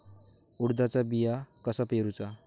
उडदाचा बिया कसा पेरूचा?